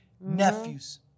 nephews